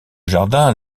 jardin